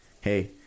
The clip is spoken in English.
hey